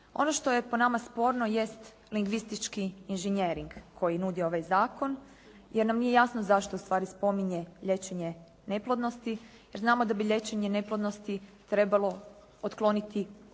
Ono što je po nama sporno jest lingvistički inžinjering koji nudi ovaj zakon jer nam nije jasno zašto ustvari spominje liječenje neplodnosti jer znamo da bi liječenje neplodnosti trebalo otkloniti uzrok.